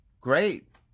great